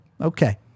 Okay